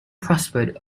prospered